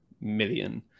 million